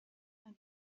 ملی